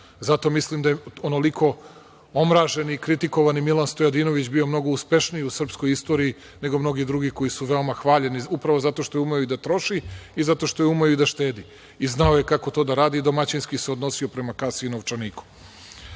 Zato mislim da je toliko omraženi i kritikovani Milan Stojadinović bio mnogo uspešniji u srpskoj istoriji nego mnogi drugi koji su bili veoma hvaljeni upravo zato što je umeo i da troši i zato što je umeo i da štedi i znao je kako to da radi i domaćinski se odnosio prema kasi i novčaniku. Govorite